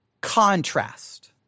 contrast